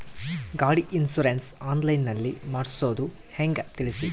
ಗಾಡಿ insurance online ನಲ್ಲಿ ಮಾಡ್ಸೋದು ಹೆಂಗ ತಿಳಿಸಿ?